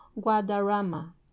Guadarrama